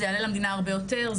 זה יעלה למדינה הרבה יותר,